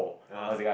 ah [huh]